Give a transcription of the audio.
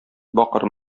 бакыр